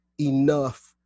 enough